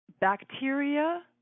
bacteria